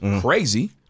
Crazy